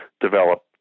develop